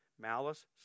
malice